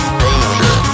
danger